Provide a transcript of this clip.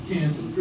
Cancel